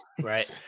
right